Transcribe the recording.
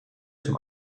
zum